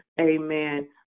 amen